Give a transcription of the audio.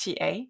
TA